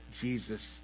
Jesus